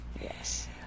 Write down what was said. Yes